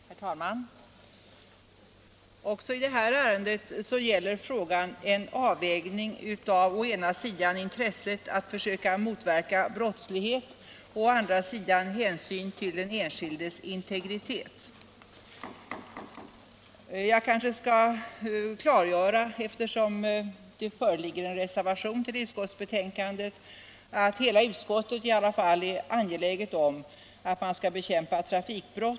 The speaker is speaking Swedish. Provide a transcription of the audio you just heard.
Herr talman! Också det här ärendet gäller en avvägning mellan å ena sidan intresset att motverka brottslighet och å andra sidan hänsynen till den enskildes integritet. Eftersom det föreligger en reservation till utskottsbetänkandet kanske jag skall klargöra att hela utskottet är angeläget om att man skall bekämpa trafikbrott.